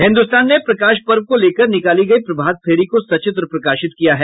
हिन्दुस्तान ने प्रकाश पर्व को लेकर निकाली गयी प्रभात फेरी को सचित्र प्रकाशित किया है